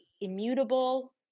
immutable